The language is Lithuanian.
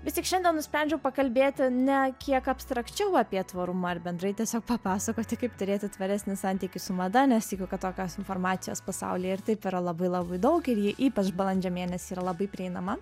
vis tik šiandien nusprendžiau pakalbėti ne kiek abstrakčiau apie tvarumą ar bendrai tiesiog papasakoti kaip turėti tvaresnį santykį su mada nes tikiu kad tokios informacijos pasaulyje ir taip yra labai labai daug ir ji ypač balandžio mėnesį yra labai prieinama